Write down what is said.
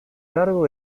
largo